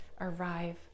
arrive